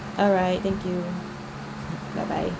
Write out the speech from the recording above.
alright thank you bye bye